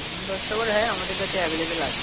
হুম দশটা করে হ্যাঁ আমাদের কাছে অ্যাভেলেভেল আছে